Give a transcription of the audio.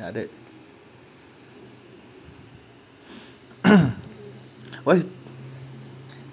uh that what is